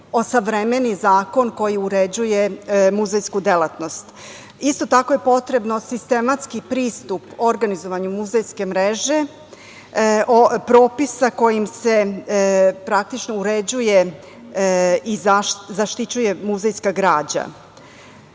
osavremeni zakon koji uređuje muzejsku delatnost. Isto tako je potrebno sistematski pristup organizovanju muzejske mreže, propisa kojima se praktično uređuje i zaštićuje muzejska građa. Ako